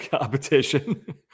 competition